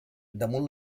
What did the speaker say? damunt